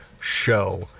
show